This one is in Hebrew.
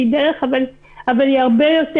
אבל היא הרבה יותר.